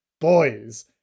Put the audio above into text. boys